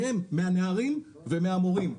מהנערים ומהמורים,